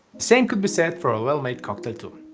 same could be said for a well made cocktail too.